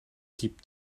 keep